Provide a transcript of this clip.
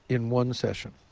in one session.